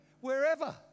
Wherever